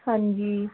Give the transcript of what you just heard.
ਹਾਂਜੀ